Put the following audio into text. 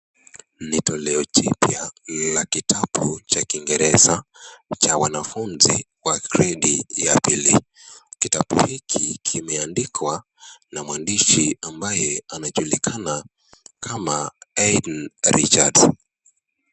Ni toleo jipya la kitabu cha kingereza, cha wanafunzi wa gredi ya pili. Kitabu hiki kimeandikwa na mwandishi ambaye anajulikana kama Haydn Richards.